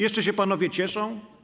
Jeszcze się panowie cieszą?